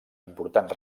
important